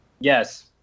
Yes